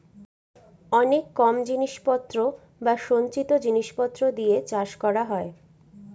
অনেক কম জিনিস পত্র বা সঞ্চিত জিনিস পত্র দিয়ে চাষ করা হয়